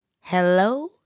Hello